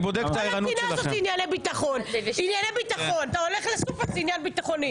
אתה הולך לסופר, זה עניין ביטחוני.